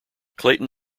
clayton